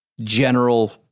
general